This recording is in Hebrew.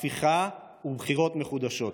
הפיכה ובחירות מחודשות.